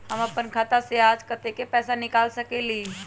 हम अपन खाता से आज कतेक पैसा निकाल सकेली?